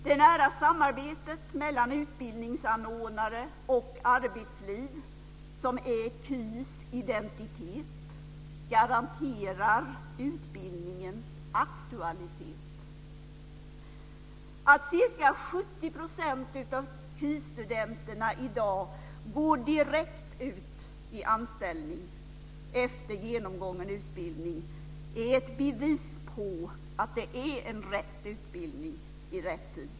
Det nära samarbetet mellan utbildningsanordnare och arbetsliv, som är KY:s identitet, garanterar utbildningens aktualitet. Att ca 70 % av KY studenterna i dag går direkt ut i anställning efter genomgången utbildning är ett bevis på att det är en rätt utbildning i rätt tid.